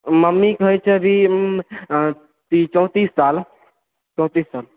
mummy के होइ छै अभी उम्र चौंतीस साल चौंतीस साल